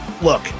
look